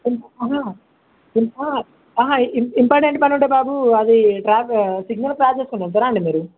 ఆ ఇంపార్టెంట్ పని ఉంటె బాబు అది ట్రా సిగ్నల్ క్రాస్ చేస్కుని పోతారా మీరు